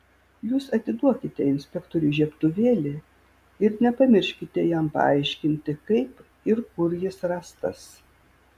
jūs atiduokite inspektoriui žiebtuvėlį ir nepamirškite jam paaiškinti kaip ir kur jis rastas